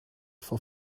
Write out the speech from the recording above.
for